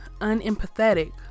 unempathetic